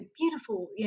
beautiful